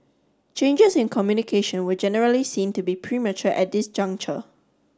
changes in communication were generally seen to be premature at this juncture